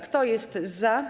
Kto jest za?